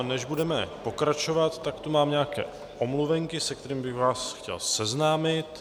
Než budeme pokračovat, tak tu mám nějaké omluvenky, s kterými bych vás chtěl seznámit.